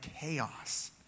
chaos